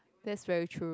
that's very true